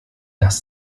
das